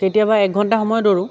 কেতিয়াবা এক ঘণ্টা সময় দৌৰোঁ